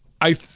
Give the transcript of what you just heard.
I-